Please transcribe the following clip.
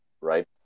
right